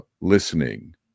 listening